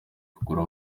kugura